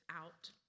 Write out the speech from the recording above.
out